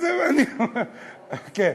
אז אני, כן.